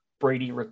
brady